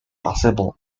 possible